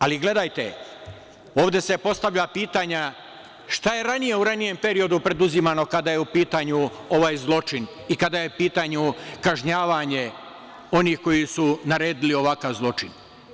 Ali, gledajte, ovde se postavlja pitanje – šta je u ranijem periodu preuzimano kada je u pitanju ovaj zločin i kada je u pitanju kažnjavanje onih koji su naredili ovakav zločin?